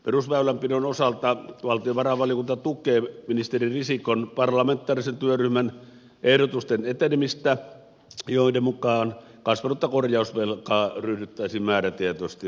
perusväylänpidon osalta valtiovarainvaliokunta tukee ministeri risikon parlamentaarisen työryhmän ehdotusten etenemistä joiden mukaan kasvanutta korjausvelkaa ryhdyttäisiin määrätietoisesti vähentämään